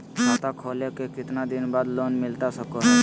खाता खोले के कितना दिन बाद लोन मिलता सको है?